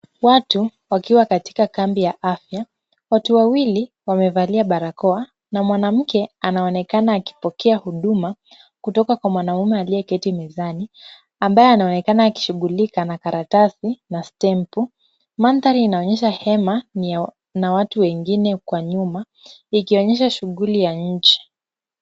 Watu wakiwa katika kambi ya afya. Watu wawili wamevalia barakoa na mwanamke anaonekana akipokea huduma kutoka kwa mwanaume aliyeketi mezani ambaye anaonekana akishughulika na karatasi na [c]steampu[c]. Madhari inaonyesha hema na watu wengine kwa nyuma ikionyesha shughuli ya nje.